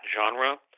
genre